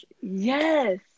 yes